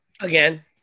Again